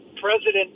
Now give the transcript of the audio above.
President